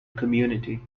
community